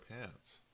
pants